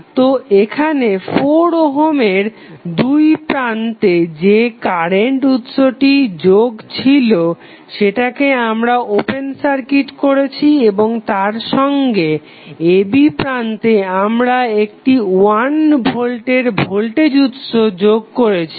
তো এখানে 4 ওহমের দুইপ্রান্তে যে কারেন্ট উৎসটি যোগ ছিল সেটাকে আমরা ওপেন সার্কিট করেছি এবং তার সঙ্গে a b প্রান্তে আমরা একটি 1 ভোল্টের ভোল্টেজ উৎস যোগ করেছি